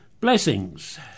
Blessings